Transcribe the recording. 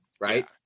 right